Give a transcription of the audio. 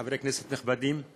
חברי כנסת נכבדים,